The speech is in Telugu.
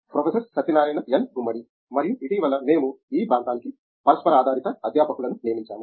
ప్రొఫెసర్ సత్యనారాయణ ఎన్ గుమ్మడి మరియు ఇటీవల మేము ఈ ప్రాంతానికి పరస్పరాధారిత అధ్యాపకులను నియమించాము